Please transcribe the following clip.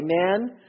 Amen